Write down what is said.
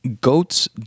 Goats